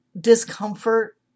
discomfort